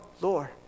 Lord